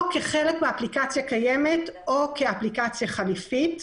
או כחלק מאפליקציה קיימת, או כאפליקציה חליפית.